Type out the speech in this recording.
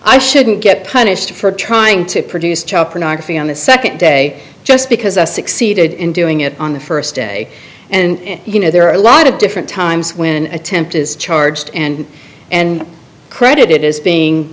i shouldn't get punished for trying to produce child pornography on the second day just because i succeeded in doing it on the first day and you know there are a lot of different times when an attempt is charged and and credit is being